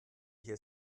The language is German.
hier